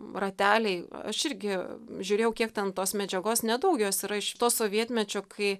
rateliai aš irgi žiūrėjau kiek ten tos medžiagos ne daug jos yra šitos sovietmečio kai